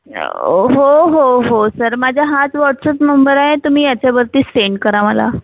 हो हो हो सर माझा हाच वॉट्सॲप नंबर आहे तर तुम्ही त्याच्यावरती सेंड करा मला